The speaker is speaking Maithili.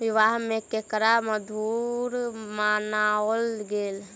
विवाह में केराक मधुर बनाओल गेल